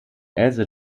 else